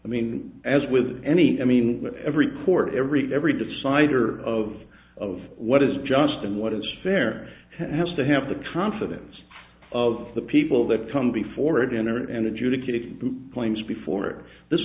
i mean as with any i mean that every court every every decider of of what is just and what is fair has to have the confidence of the people that come before dinner and adjudicate claims before this